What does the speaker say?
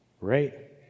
Right